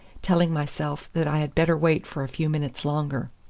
telling myself that i had better wait for a few minutes longer.